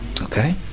Okay